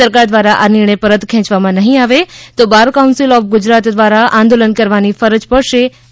સરકાર દ્વારા આ નિર્ણય પરત ખેંચવામાં નહીં આવે તો બાર કાઉન્સિલ ઓફ ગુજરાત દ્વારા આંદોલન કરવાની ફરજ પડશે એમ જણાવ્યુ છે